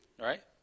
right